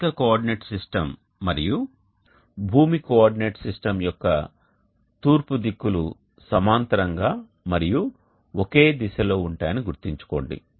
స్థానిక coordinate system మరియు భూమి కోఆర్డినేట్ సిస్టమ్ యొక్క తూర్పు దిక్కులు సమాంతరంగా మరియు ఒకే దిశలో ఉంటాయని గుర్తుంచుకోండి